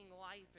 life